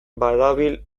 badabil